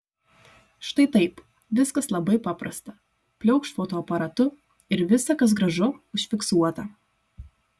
štai taip viskas labai paprasta pliaukšt fotoaparatu ir visa kas gražu užfiksuota